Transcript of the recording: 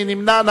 מי נמנע?